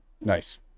Nice